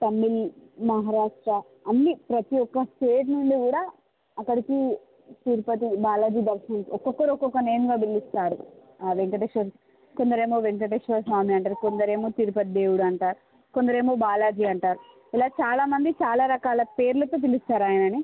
తమిళ్ మహారాష్ట్ర అన్నీ ప్రతి ఒక్క స్టేట్ నుండి కూడ అక్కడికి తిరుపతి బాలాజీ దర్శనం ఒక్కొక్కరు ఒక్కో నేమ్గా పిలుస్తారు ఆ వెంకటేశ్వర కొందరు ఏమో వెంకటేశ్వర స్వామి అంటారు కొందరు ఏమో తిరుపతి దేవుడు అంటారు కొందరు ఏమో బాలాజీ అంటారు ఇలా చాలా మంది చాలా రకాల పేర్లతో పిలుస్తారు ఆయనని